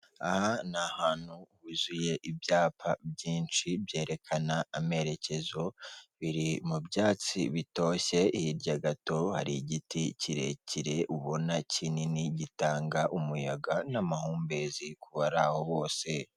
Aha ni ahantu huzuye ibyapa byinshi byerekana amerekezo biri mu byatsi bitoshye hirya gato hari igiti kirekire ubona kinini gitanga umuyaga n'amahumbezi kubaraho bose.